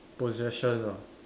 possession ah